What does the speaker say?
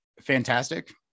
fantastic